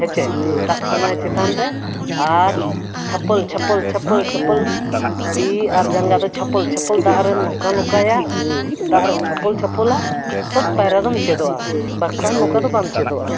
ᱦᱮᱸᱪᱮ ᱥᱟᱵ ᱠᱟᱢᱟᱭᱟ ᱪᱮᱛᱟᱱ ᱨᱮ ᱟᱨ ᱪᱷᱟᱯᱚᱞ ᱪᱷᱟᱯᱚᱞ ᱪᱷᱟᱯᱚᱞ ᱪᱷᱟᱯᱚᱞ ᱛᱤ ᱟᱨ ᱡᱟᱸᱜᱟ ᱫᱚ ᱪᱷᱟᱯᱚᱞ ᱪᱷᱟᱯᱚᱞ ᱫᱟᱜ ᱨᱮᱱ ᱱᱚᱠᱟ ᱱᱚᱠᱟᱭᱟ ᱫᱟᱜ ᱨᱮᱱ ᱪᱷᱟᱯᱚᱞ ᱪᱷᱟᱯᱚᱞᱟ ᱛᱚᱵ ᱯᱟᱭᱨᱟ ᱫᱚᱢ ᱪᱮᱫᱚᱜᱼᱟ ᱵᱟᱠᱷᱟᱱ ᱱᱚᱠᱟ ᱫᱚ ᱵᱟᱢ ᱪᱮᱫᱚᱜᱼᱟ